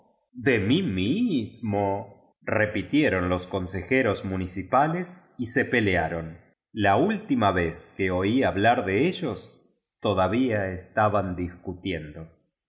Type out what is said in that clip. de mi mismo repitieron los consejeros mu nicipales y se pelearon la última vez que oí ha blar de ellos todavía estaban discutiendo